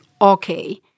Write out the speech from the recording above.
okay